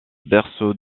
berceau